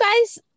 guys